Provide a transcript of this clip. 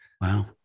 Wow